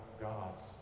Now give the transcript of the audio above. gods